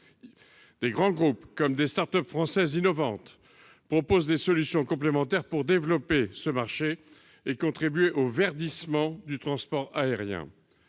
De grands groupes comme des start-up françaises innovantes proposent des solutions complémentaires pour développer ce marché et contribuer au verdissement du transport aérien.